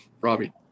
Robbie